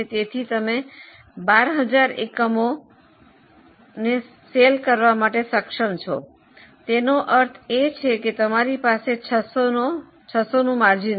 તેથી તમે 12000 એકમો વેચાણ કરવા માટે સક્ષમ છો તેનો અર્થ એ કે તમારી પાસે 600 નો ગાળો છે